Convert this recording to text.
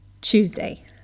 Tuesday